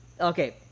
okay